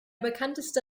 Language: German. bekannteste